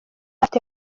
afite